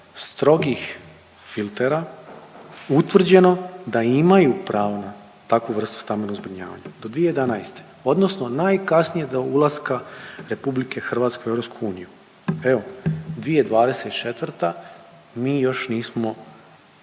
strogih filtera utvrđeno da imaju pravo na takvu vrstu stambenog zbrinjavanja, do 2011., odnosno najkasnije do ulaska RH u EU. Evo, 2024., mi još nismo riješili